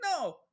no